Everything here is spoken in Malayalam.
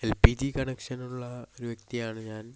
എൽ പി ജി കണക്ഷനുള്ള ഒരു വ്യക്തിയാണ് ഞാൻ